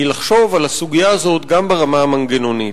היא לחשוב על הסוגיה הזאת גם ברמה המנגנונית.